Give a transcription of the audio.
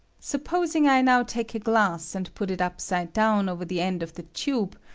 supposing i now take a glass and put it upside down over the end of the tube,